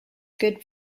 good